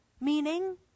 Meaning